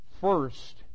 first